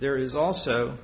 there is also